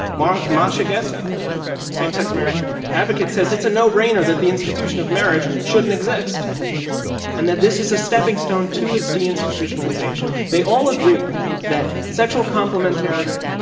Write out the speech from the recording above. masha masha gessen, a same sex marriage advocate said it's a no brainer that the institution of marriage shouldn't exist and that this is a stepping stone to its deinstitutionalization. they all agree that sexual complementarity,